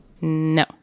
no